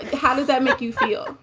how does that make you feel?